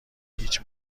هیچ